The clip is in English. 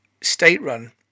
state-run